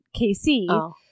KC